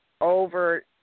over